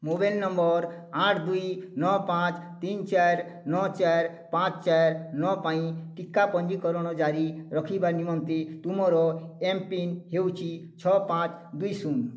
mobile number ଆଠ ଦୁଇ ନଅ ପାଞ୍ଚ ତିନି ଚାରି ନଅ ଚାରି ପାଞ୍ଚ ଚାରି ନଅ ପାଇଁ ଟିକା ପଞ୍ଜୀକରଣ ଜାରି ରଖିବା ନିମନ୍ତେ ତୁମର ଏମ୍ ପିନ୍ ହେଉଛି ଛଅ ପାଞ୍ଚ ଦୁଇ ଶୂନ